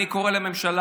אני קורא לממשלה